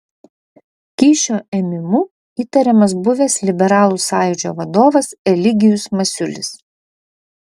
kyšio ėmimu įtariamas buvęs liberalų sąjūdžio vadovas eligijus masiulis